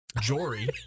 jory